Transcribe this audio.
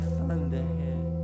Thunderhead